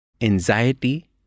anxiety